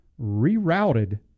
rerouted